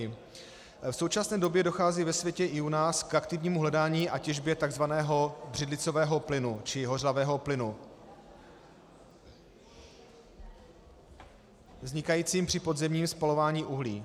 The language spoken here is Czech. V současné době dochází ve světě i u nás k aktivnímu hledání a těžbě tzv. břidlicového plynu, čili hořlavého plynu vznikajícího při podzemním spalování uhlí.